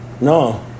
No